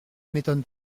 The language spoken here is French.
m’étonne